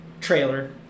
trailer